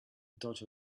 dot